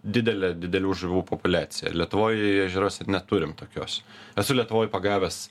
didelė didelių žuvų populiacija lietuvoj ežeruose neturim tokios esu lietuvoj pagavęs